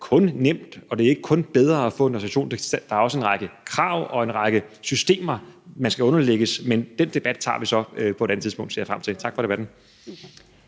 er nemt, og at det ikke kun er bedre at få en autorisation – der er også en række krav og en række systemer, man skal underlægges. Men den debat tager vi så på et andet tidspunkt, og det ser jeg frem til. Tak for debatten.